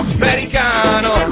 americano